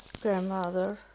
grandmother